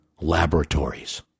laboratories